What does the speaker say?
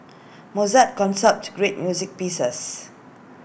Mozart great music pieces